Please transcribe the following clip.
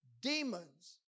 Demons